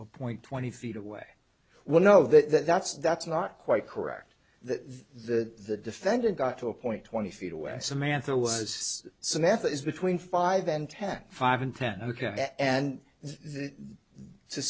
a point twenty feet away well no that's that's not quite correct that the defendant got to a point twenty feet away and samantha was samantha's between five and ten five and ten ok and to